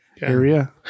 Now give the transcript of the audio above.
area